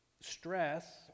stress